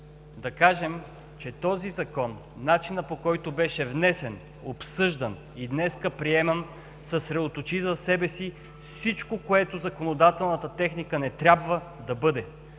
да кажем, че този Закон, начинът, по който беше внесен, обсъждан и днес приеман, съсредоточи в себе си всичко, което законодателната техника не трябва да бъде.